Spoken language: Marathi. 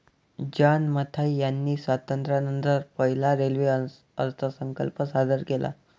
जॉन मथाई यांनी स्वातंत्र्यानंतर पहिला रेल्वे अर्थसंकल्प सादर केला